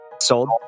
Sold